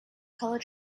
color